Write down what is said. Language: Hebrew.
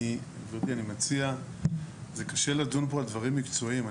גבירתי, זה קשה לדון פה על דברים מקצועיים.